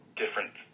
different